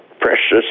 precious